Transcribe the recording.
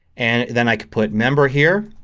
and then i can put member here